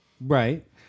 Right